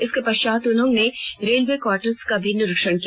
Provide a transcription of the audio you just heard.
इसके पश्चात उन्होंने रेलवे क्वार्टर्स का भी निरीक्षण किया